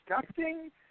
disgusting